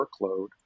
workload